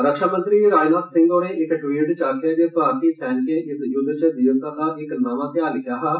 रक्षामंत्री राजनाथ सिंह होरें इक ट्वीट च आक्खेआ जे भारतीय सैनिकें इस युद्ध च वीरता दा इक नमा अध्याय लिखेआ हा